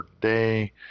day